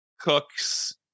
cooks